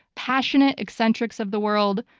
passionate eccentrics of the world,